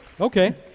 Okay